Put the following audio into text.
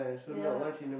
ya